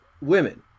women